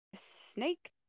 Snake